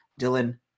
Dylan